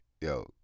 Yo